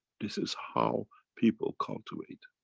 this is how people cultivate.